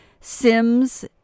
Sims